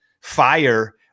fire